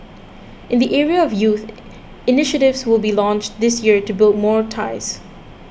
in the area of youth initiatives will be launched this year to build more ties